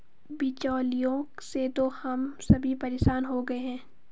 बिचौलियों से तो हम सभी परेशान हो गए हैं